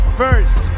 first